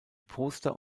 poster